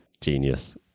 genius